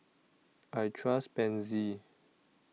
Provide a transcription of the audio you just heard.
I Trust Pansy